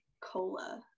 Cola